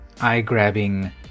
eye-grabbing